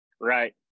Right